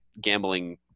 gambling